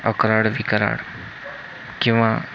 अक्राळ विक्राळ किंवा